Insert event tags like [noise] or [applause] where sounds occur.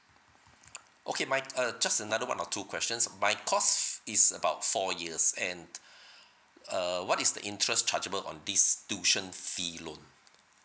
[noise] okay my uh just another one or two questions my course is about four years and [breath] uh what is the interest chargeable on this tuition fee loan